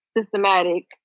systematic